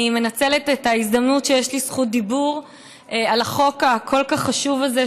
אני מנצלת את ההזדמנות שיש לי זכות דיבור על החוק החשוב כל כך הזה,